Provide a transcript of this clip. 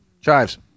Chives